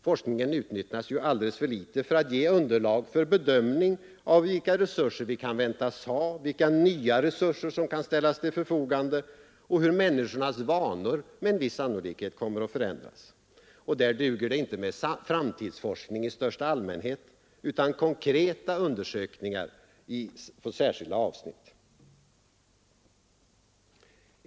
Forskning utnyttjas alldeles för litet för att g underlag för bedömning av vilka resurser vi kan väntas ha, vilka nya resurser som kan ställas till förfogande och hur människornas vanor med en viss sannolikhet kommer att förändras. Där duger inte framtidsforskning i största allmänhet, utan det måste göras konkreta undersökningar på särskilda avsnitt.